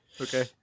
Okay